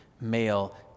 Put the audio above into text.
male